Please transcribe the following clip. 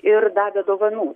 ir davė dovanų